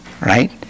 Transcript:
right